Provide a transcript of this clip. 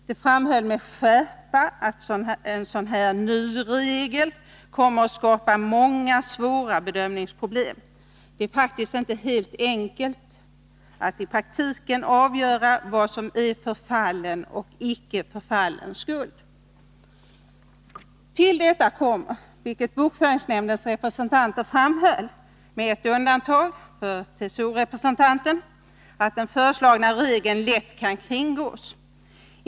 De framhöll med skärpa att en sådan här ny regel kommer att skapa många svåra bedömningsproblem. Det är faktiskt inte helt enkelt att i praktiken avgöra vad som är förfallen och icke förfallen skuld. Till detta kommer — vilket bokföringsnämndens representanter, med undantag för TCO-representanten framhöll — att den föreslagna regeln lätt kan kringgås.